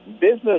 business